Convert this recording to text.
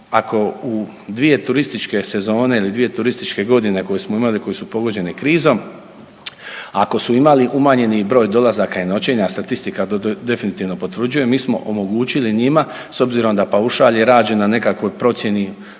ako u dvije turističke sezone ili dvije turističke godine koje smo imali koje su pogođene krizom, ako su imali umanjeni broj dolazaka i noćenja, statistika to definitivno potvrđuje, mi smo omogućili njima s obzirom da paušal je rađen na nekakvoj procjeni